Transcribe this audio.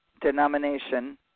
denomination